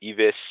Evis